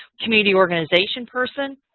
community organization person?